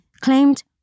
claimed